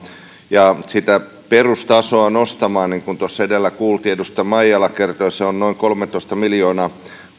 ja sitä perustasoa nostamaan niin kuin tuossa edellä kuultiin edustaja maijala kertoi että valtion yksityistieavustusrahat ovat noin kolmetoista miljoonaa